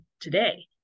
today